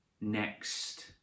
next